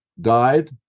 died